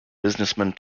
businessman